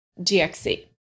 GXC